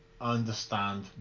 understand